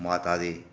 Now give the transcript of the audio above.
माता दे